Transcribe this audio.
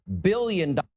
billion